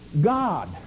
God